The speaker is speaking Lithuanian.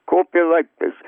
kopė laiptais